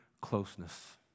closeness